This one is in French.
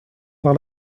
par